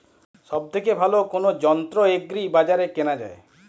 সব থেকে ভালো কোনো যন্ত্র এগ্রি বাজারে কেনা যায়?